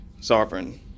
Sovereign